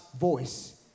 voice